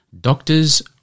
Doctors